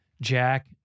Jack